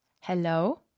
Hello